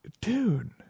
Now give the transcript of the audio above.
dude